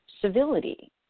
civility